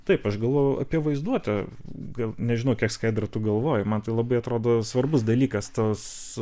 taip aš galvojau apie vaizduotę gal nežinau kiek skaidra tu galvoji man tai labai atrodo svarbus dalykas tos